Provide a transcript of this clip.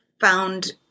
found